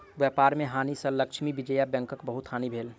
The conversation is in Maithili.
व्यापार में हानि सँ लक्ष्मी विजया बैंकक बहुत हानि भेल